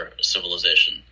civilization